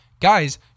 guys